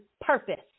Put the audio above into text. purpose